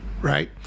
right